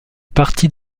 partie